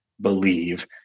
believe